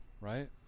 Right